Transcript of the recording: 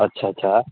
अच्छा अच्छा